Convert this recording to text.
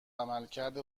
عملکرد